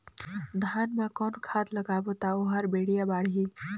धान मा कौन खाद लगाबो ता ओहार बेडिया बाणही?